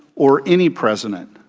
or any president.